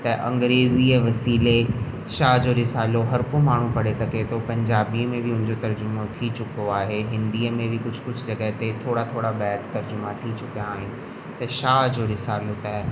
त अंग्रेज़ीअ वसीले शाह जो रिसालो हर को माण्हू पढ़े सघे थो पंजाबी में बि हुनजो तर्जुमो थी चुको आहे हिंदीअ में बि कुझु कुझु जॻह ते थोरा थोरा बैदि तर्जुमा थी चुकिया आहिनि त शाह जो रिसालो त